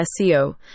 SEO